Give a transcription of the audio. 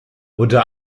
unter